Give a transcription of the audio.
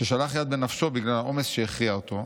ששלח יד בנפשו בגלל העומס שהכריע אותו,